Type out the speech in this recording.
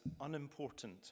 unimportant